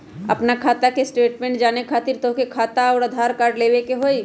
आपन खाता के स्टेटमेंट जाने खातिर तोहके खाता अऊर आधार कार्ड लबे के होइ?